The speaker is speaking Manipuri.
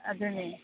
ꯑꯗꯨꯅꯦ